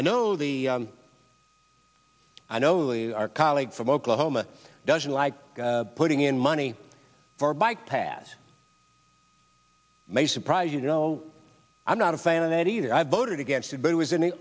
i know the i know our colleague from oklahoma doesn't like putting in money for a bike pass may surprise you know i'm not a fan of that either i voted against it but it was an